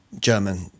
German